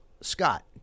scott